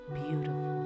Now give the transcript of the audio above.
beautiful